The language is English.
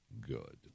Good